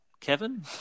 Kevin